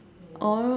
or